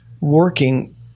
working